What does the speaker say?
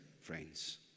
friends